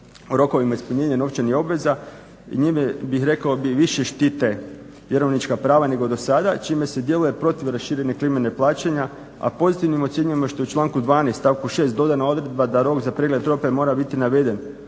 u rokovima ispunjenja novčanih obveza i njime, rekao bih više štite vjerovnička prava nego do sada čime se djeluje protiv raširene klime neplaćanja, a pozitivnim ocjenjujemo što je u članku 12. stavku 6. dodana odredba da rok za pregled robe mora biti naveden